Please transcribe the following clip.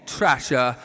Trasher